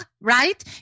right